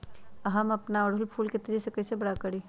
हम अपना ओरहूल फूल के तेजी से कई से बड़ा करी?